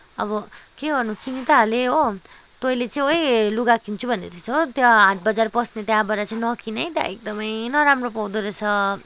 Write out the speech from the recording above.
अब के गर्नु किनी त हालेँ हो तैँले चाहिँ ओए लुगा किन्छु भन्दै थिइस् हो त्यो हाटबजार पस्ने त्यहाँबाट चाहिँ नकिन है त्यहाँ एकदमै नराम्रो पाउँदो रहेछ